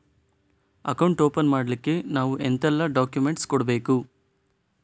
Account open ಮಾಡ್ಲಿಕ್ಕೆ ನಾವು ಎಂತೆಲ್ಲ ಡಾಕ್ಯುಮೆಂಟ್ಸ್ ಕೊಡ್ಬೇಕು?